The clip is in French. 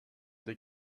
des